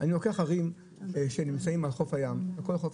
אני לוקח ערים שנמצאות על חוף הים התיכון,